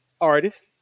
artist